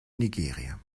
nigeria